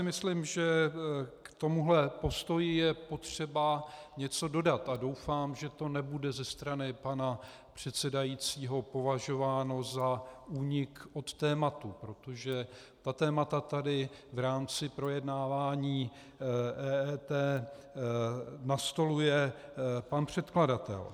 Myslím si, že k tomuhle postoji je potřeba něco dodat, a doufám, že to nebude ze strany pana předsedajícího považováno za únik od tématu, protože ta témata tady v rámci projednávání EET nastoluje pan předkladatel.